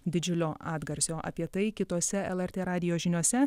didžiulio atgarsio apie tai kitose lrt radijo žiniose